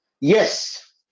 Yes